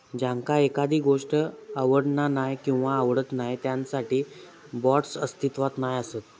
ज्यांका एखादी गोष्ट आवडना नाय किंवा आवडत नाय त्यांच्यासाठी बाँड्स अस्तित्वात नाय असत